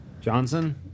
Johnson